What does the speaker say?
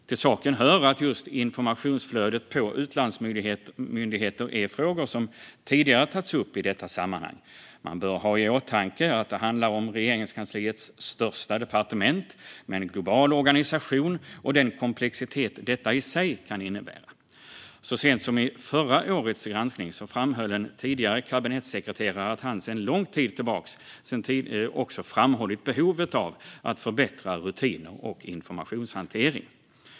Till saken hör att just informationsflödet på utlandsmyndigheter är frågor som tidigare har tagits upp i detta sammanhang. Man bör ha i åtanke att det handlar om Regeringskansliets största departement med en global organisation och den komplexitet detta i sig kan innebära. Så sent som i förra årets granskning framhöll en tidigare kabinettssekreterare att han långt tidigare framhållit behovet av att förbättra rutiner och informationshantering.